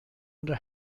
under